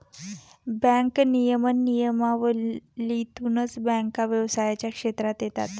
bank नियमन नियमावलीतूनच बँका व्यवसायाच्या क्षेत्रात येतात